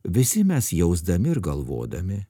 visi mes jausdami ir galvodami